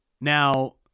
Now